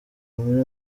muri